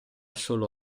solo